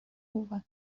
uwagi